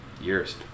years